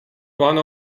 one